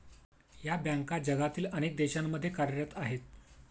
या बँका जगातील अनेक देशांमध्ये कार्यरत आहेत